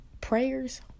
prayers